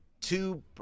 two